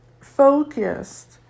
focused